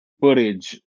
footage